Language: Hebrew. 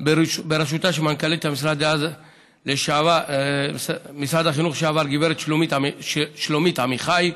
בראשותה של מנכ"לית משרד החינוך לשעבר גב' שלומית עמיחי.